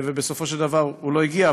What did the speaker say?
ובסופו של דבר הוא לא הגיע.